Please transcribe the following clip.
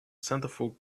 centerfold